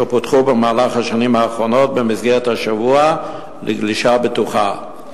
שפותחו במהלך השנים האחרונות במסגרת "השבוע לגלישה בטוחה".